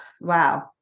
Wow